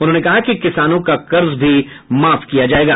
उन्होंने कहा कि किसानों का कर्ज भी माफ किया जायेगा